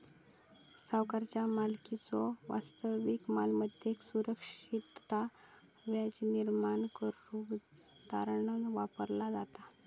सावकाराचा मालकीच्यो वास्तविक मालमत्तेत सुरक्षितता व्याज निर्माण करुक तारण वापरला जाता